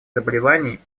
заболеваний